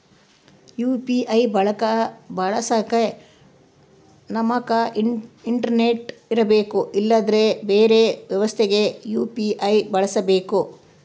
UPI ಬಳಸಕ ನಮ್ತಕ internet ಇರರ್ಬೆಕು ಇಲ್ಲಂದ್ರ ಬೆರೆ ವ್ಯವಸ್ಥೆಗ ಯು.ಪಿ.ಐ ಬಳಸಬಕು